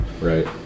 Right